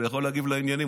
הוא יכול להגיב לעניינים.